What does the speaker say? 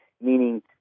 Meaning